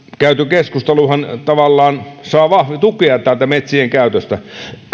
käyty keskusteluhan tavallaan saa tukea tästä metsien käytöstä